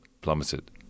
plummeted